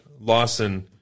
Lawson